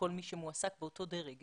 לכל מי שמועסק באותו דרג.